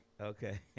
Okay